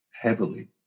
heavily